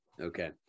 Okay